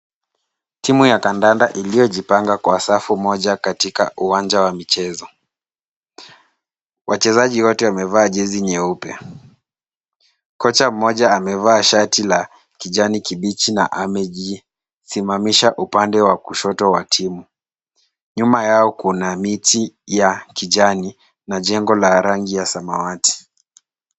Timu ya kandanda iliyojipanga kwa safu moja katika uwanja wa michezo. Wachezaji wote wamevaa jezi nyeupe. Kocha mmoja amevaa shati la kijani kibichi na amejisimamisha upande wa kushoto wa timu. Nyuma yao kuna miti ya kijani na jengo la rangi ya samawati.